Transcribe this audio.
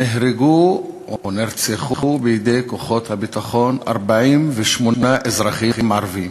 נהרגו או נרצחו בידי כוחות הביטחון 48 אזרחים ערבים,